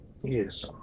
Yes